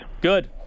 Good